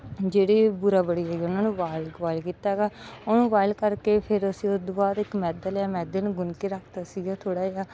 ਜਿਹੜੇ ਬੁਰਾ ਬੜੀ ਸੀਗੇ ਉਹਨਾਂ ਨੂੰ ਉਬਾਲ ਕੇ ਬੋਇਲ ਕੀਤਾ ਗਾ ਉਹਨੂੰ ਬੋਇਲ ਕਰਕੇ ਫਿਰ ਅਸੀਂ ਉਸ ਤੋਂ ਬਾਅਦ ਇੱਕ ਮੈਦਾ ਲਿਆ ਮੈਦੇ ਨੂੰ ਗੁੰਨ ਕੇ ਰੱਖਤਾ ਸੀਗਾ ਥੋੜ੍ਹਾ ਜਿਹਾ